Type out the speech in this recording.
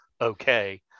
okay